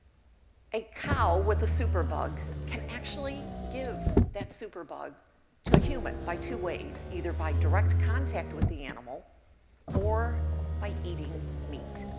a cow with a superbug can actually give that superbug to human by two ways either by direct contact with the animal or by eating meat.